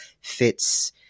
fits